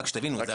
רק שתבינו,